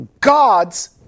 God's